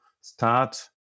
start